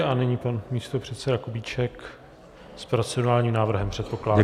A nyní pan místopředseda Kubíček s procedurálním návrhem, předpokládám.